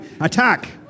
attack